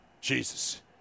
Jesus